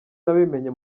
nabimenye